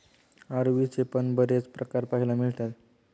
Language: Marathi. अरवीचे पण बरेच प्रकार पाहायला मिळतात